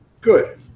Good